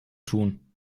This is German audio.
tun